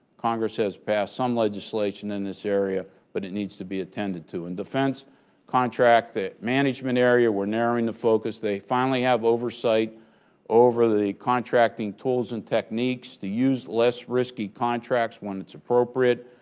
congress has passed some legislation in this area, but it needs to be attended to. and defense contract that management area, we're narrowing the focus. they finally have oversight over the contracting tools and techniques to use less risky contracts when it's appropriate,